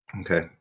Okay